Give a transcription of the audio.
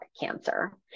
cancer